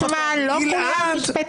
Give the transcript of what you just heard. לא בגסות --- אבל, רוטמן, לא כולם משפטנים.